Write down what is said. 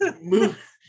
move